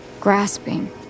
grasping